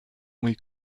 mój